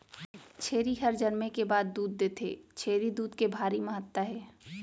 छेरी हर जनमे के बाद दूद देथे, छेरी दूद के भारी महत्ता हे